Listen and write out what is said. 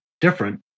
different